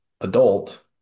adult